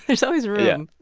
there's always room